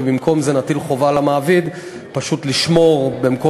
ובמקום זה נטיל חובה על המעביד פשוט לשמור במקום